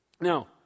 Now